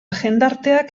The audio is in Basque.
jendarteak